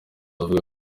avuga